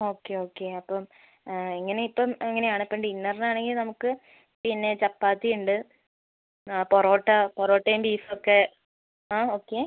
okay okay അപ്പം ഇങ്ങനെയിപ്പം ഇങ്ങനെയാണ് ഇപ്പം ഡിന്നറിനാണെങ്കിൽ നമുക്ക് പിന്നെ ചപ്പാത്തിയുണ്ട് പൊറോട്ട പൊറോട്ടയും ബീഫൊക്കെ ആ ഓക്കെ